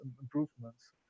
improvements